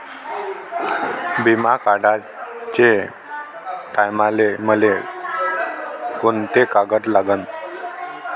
बिमा काढाचे टायमाले मले कोंते कागद लागन?